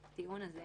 בנק ישראל,